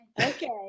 Okay